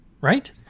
right